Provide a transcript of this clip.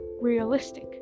realistic